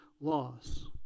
loss